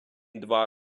два